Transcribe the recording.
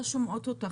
לא שומעות אותך,